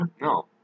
No